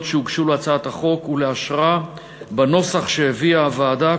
שהוגשו להצעת החוק ולאשרה בנוסח שהביאה הוועדה,